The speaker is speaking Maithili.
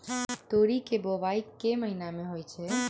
तोरी केँ बोवाई केँ महीना मे होइ छैय?